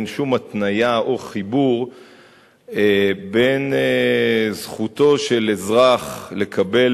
אין שום התניה או חיבור בין זכותו של אזרח לקבל